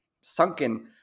sunken